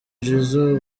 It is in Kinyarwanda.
jizzo